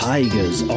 Tigers